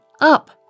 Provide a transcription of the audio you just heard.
up